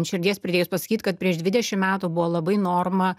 ant širdies pridėjęs pasakyt kad prieš dvidešimt metų buvo labai norma